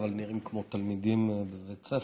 אבל הם נראים כמו תלמידים בבית ספר,